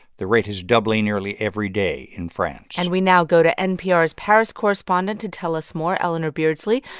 the rate is doubling nearly every day in france and we now go to npr's paris correspondent to tell us more eleanor beardsley.